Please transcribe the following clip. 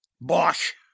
Bosh